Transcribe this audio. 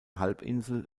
halbinsel